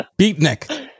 beatnik